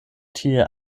tie